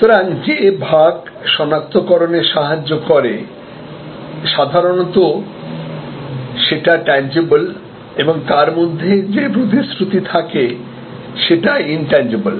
সুতরাং যে ভাগ শনাক্তকরণে সাহায্য করে সাধারণত সেটা ট্যানজিবল এবং তার মধ্যে যে প্রতিশ্রুতি থাকে সেটা ইনট্যানজিবল